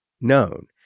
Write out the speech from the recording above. known